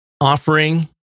offering